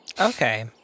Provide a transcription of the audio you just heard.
Okay